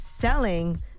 selling